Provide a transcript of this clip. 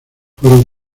fueron